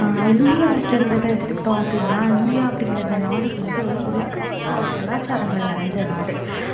India அப்படிங்கிறத எடுத்துகிட்டோம் அப்படின்னா இந்தியா அப்படிங்கிற இந்த நாடு வந்து எக்கச்சக்க கலாச்சாரங்கள் நிறஞ்ச நாடு